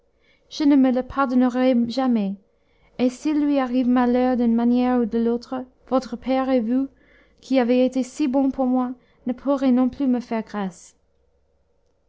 je ne me le pardonnerai jamais et s'il lui arrive malheur d'une manière ou de l'autre votre père et vous qui avez été si bons pour moi ne pourrez non plus me faire grâce